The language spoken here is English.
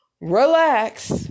relax